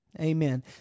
Amen